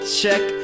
check